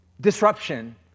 disruption